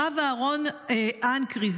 הרב אהרון אנקרי,